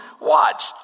watch